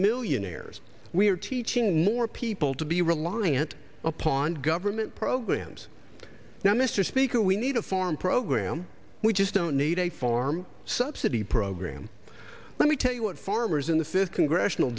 millionaires we are teaching more people to be reliant upon government programs now mr speaker we need a farm program we just don't need a farm subsidy program let me tell you what farmers in the fifth congressional